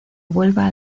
vuelva